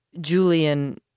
Julian